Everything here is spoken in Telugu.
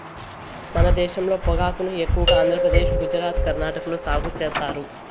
మన దేశంలో పొగాకును ఎక్కువగా ఆంధ్రప్రదేశ్, గుజరాత్, కర్ణాటక లో సాగు చేత్తారు